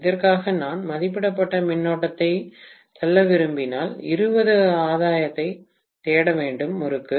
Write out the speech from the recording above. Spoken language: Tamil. இதற்காக நான் மதிப்பிடப்பட்ட மின்னோட்டத்தை தள்ள விரும்பினால் 20 ஆதாரத்தைத் தேட வேண்டும் முறுக்கு